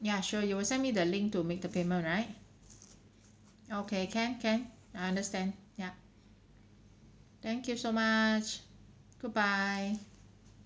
yeah sure you will send me the link to make the payment right okay can can I understand ya thank you so much goodbye